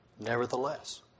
Nevertheless